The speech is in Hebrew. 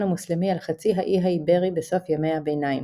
המוסלמי על חצי האי האיברי בסוף ימי הביניים.